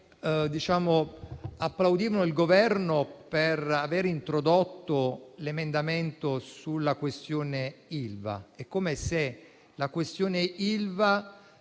applaudire il Governo per aver introdotto l'emendamento sulla questione Ilva. È come se la questione Ilva